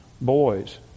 boys